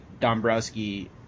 Dombrowski